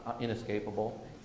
inescapable